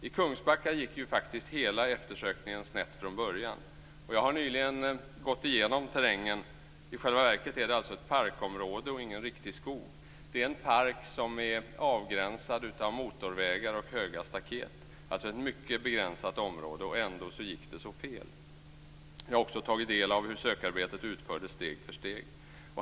I Kungsbacka gick ju faktiskt hela eftersökningen snett från början. Jag har nyligen gått igenom terrängen. I själva verket är det ett parkområde och ingen riktig skog. Det är en park som är avgränsad av motorvägar och höga staket. Det är alltså ett mycket begränsat område. Ändå gick det så fel. Jag har också tagit del av hur sökarbetet utfördes steg för steg.